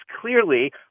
clearly